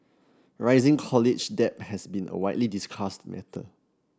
rising college debt has been a widely discussed matter